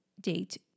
date